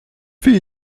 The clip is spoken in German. wir